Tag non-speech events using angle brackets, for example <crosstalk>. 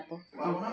<unintelligible>